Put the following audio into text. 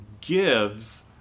gives